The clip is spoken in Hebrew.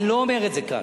אני לא אומר את זה כאן.